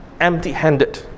empty-handed